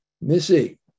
Missy